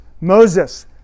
Moses